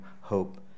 hope